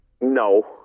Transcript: No